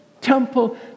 temple